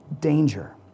danger